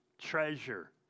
treasure